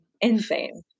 Insane